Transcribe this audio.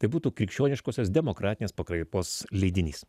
tai būtų krikščioniškosios demokratinės pakraipos leidinys